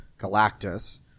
Galactus